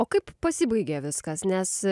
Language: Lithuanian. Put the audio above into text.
o kaip pasibaigė viskas nes